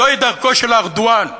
זוהי דרכו של ארדואן.